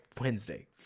Wednesday